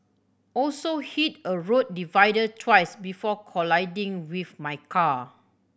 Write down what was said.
also hit a road divider twice before colliding with my car